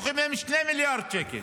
לוקחים מהם 2 מיליארד שקל,